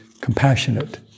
compassionate